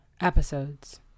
episodes